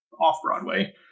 off-Broadway